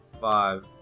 five